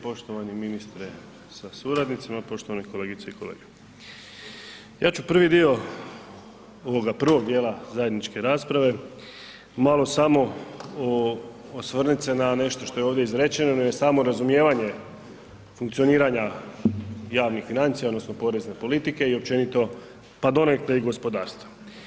Poštovani ministre sa suradnicima, poštovane kolegice i kolege, ja ću prvi dio ovoga prvog dijela zajedničke rasprave malo samo osvrnit se na nešto što je ovdje izrečeno, na samo razumijevanje funkcioniranja javnih financija odnosno porezne politike i općenito pa donekle i gospodarstva.